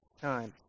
time